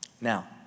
Now